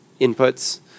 inputs